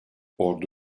ordu